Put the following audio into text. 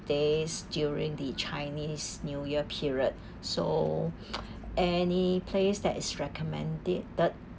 days during the chinese new year period so any place that is recommended